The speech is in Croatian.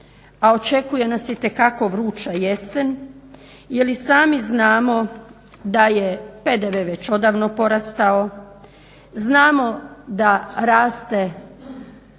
a očekuje nas itekako vruća jesen jer i sami znamo da je PDV već odavno porastao, znamo da raste